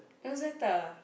it was better